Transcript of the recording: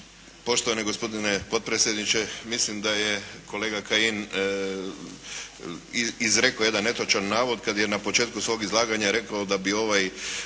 Poštovani gospodine potpredsjedniče. Mislim da je kolega Kajin izrekao jedan netočan navod kad je na početku svog izlaganja rekao da bi ovaj